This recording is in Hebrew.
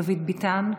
דוד ביטן,